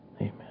Amen